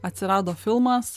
atsirado filmas